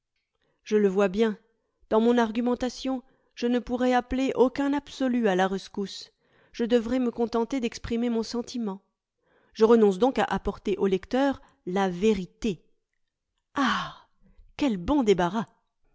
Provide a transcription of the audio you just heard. je le vois bien dans mon argumentation je ne pourrai appeler aucun absolu à la rescousse je devrai me contenter d'exprimer mon sentiment je renonce donc à apporter au lecteur la verite ah quel bon débarras